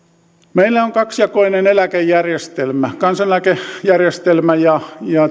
meillä on kaksijakoinen eläkejärjestelmä kansaneläkejärjestelmä ja